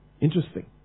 Interesting